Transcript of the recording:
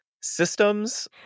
systems